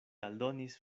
aldonis